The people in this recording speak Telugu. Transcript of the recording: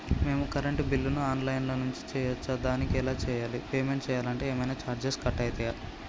మేము కరెంటు బిల్లును ఆన్ లైన్ నుంచి చేయచ్చా? దానికి ఎలా చేయాలి? పేమెంట్ చేయాలంటే ఏమైనా చార్జెస్ కట్ అయితయా?